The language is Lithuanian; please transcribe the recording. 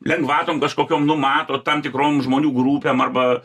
lengvatom kažkokiom numato tam tikrom žmonių grupėm arba